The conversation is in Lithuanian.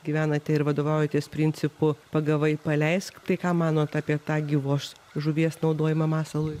gyvenate ir vadovaujatės principu pagavai paleisk tai ką manot apie tą gyvos žuvies naudojimą masalui